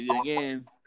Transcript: again